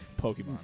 Pokemon